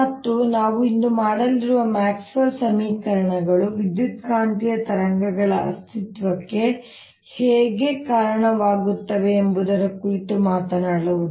ಮತ್ತು ಇಂದು ನಾವು ಮಾಡಲಿರುವುದು ಮ್ಯಾಕ್ಸ್ವೆಲ್ ನ ಸಮೀಕರಣಗಳು ವಿದ್ಯುತ್ಕಾಂತೀಯ ತರಂಗಗಳ ಅಸ್ತಿತ್ವಕ್ಕೆ ಹೇಗೆ ಕಾರಣವಾಗುತ್ತವೆ ಎಂಬುದರ ಕುರಿತು ಮಾತನಾಡುವುದು